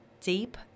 deep